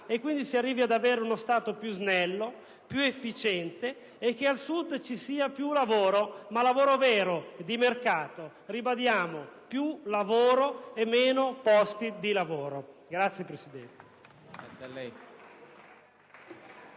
e quindi si arrivi ad avere uno Stato più snello, più efficiente e che al Sud ci sia più lavoro, ma lavoro vero, di mercato. Ribadiamo: più lavoro e meno posti di lavoro. *(Applausi